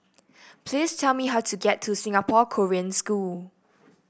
please tell me how to get to Singapore Korean School